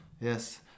Yes